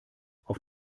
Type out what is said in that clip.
auf